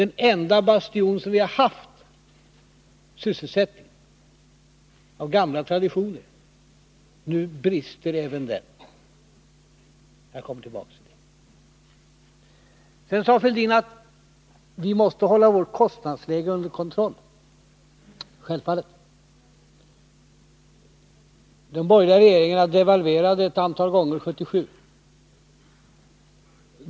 Den enda bastion vi har haft, de gamla traditionerna för sysselsättningen, brister nu även den. Jag kommer tillbaka till detta. Sedan sade Thorbjörn Fälldin att vi måste hålla vårt kostnadsläge under kontroll. Självfallet. De borgerliga regeringarna devalverade ett antal gånger 1977.